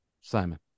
Simon